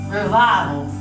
revival